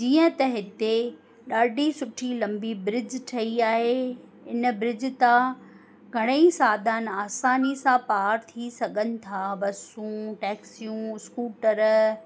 जीअं त हिते ॾाढी सुठी लम्बी ब्रिज ठही आहे हिन ब्रिज तां घणई साधन आसानी सां पार थी सघनि था बसूं टेक्सियूं स्कूटर